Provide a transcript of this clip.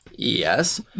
Yes